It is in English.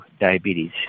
diabetes